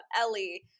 Ellie